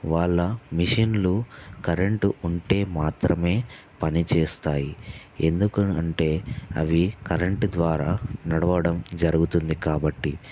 వాళ్ళ మెషిన్లు కరెంట్ ఉంటే మాత్రమే పని చేస్తాయి ఎందుకని అంటే అవి కరెంట్ ద్వారా నడవడం జరుగుతుంది కాబట్టి